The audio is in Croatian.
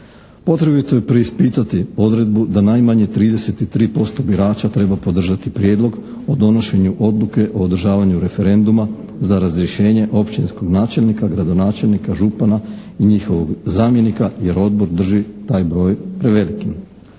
Potrebito je preispitati odredbu da najmanje 33% birača treba podržati prijedlog o donošenju Odluke o održavanju referenduma za razrješenje općinskog načelnika, gradonačelnika, župana i njihovog zamjenika, jer Odbor drži taj broj prevelikim.